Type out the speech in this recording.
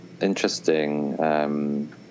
interesting